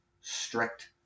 strict